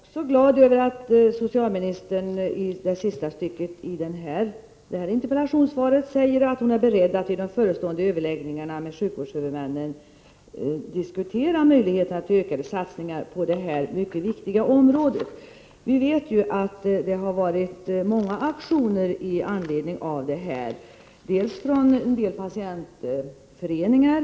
Fru talman! Jag är också glad över att socialministern i sista stycket i sitt interpellationssvar säger att hon är beredd att i de förestående överläggningarna med sjukvårdshuvudmännen diskutera möjligheterna till ökade satsningar på detta mycket viktiga område. Vi vet att det förekommit många aktioner med anledning av detta problem, bl.a. arrangerade av en del patientföreningar.